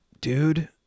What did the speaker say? Dude